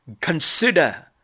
consider